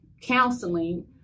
counseling